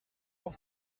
voir